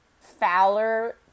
fowler